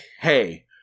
hey